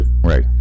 Right